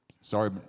sorry